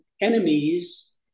enemies